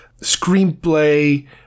screenplay